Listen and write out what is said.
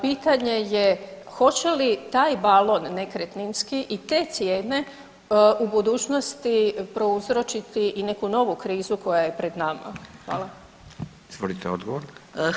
Pitanje je, hoće li taj balon nekretninski i te cijene u budućnosti prouzročiti i neku novu krizu koja je pred nama?